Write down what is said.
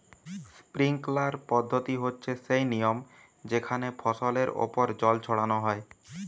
sprinkler পদ্ধতি হচ্ছে সেই নিয়ম যেখানে ফসলের ওপর জল ছড়ানো হয়